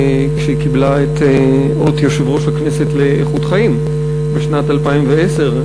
כשהיא קיבלה את אות יושב-ראש הכנסת לאיכות חיים בשנת 2010,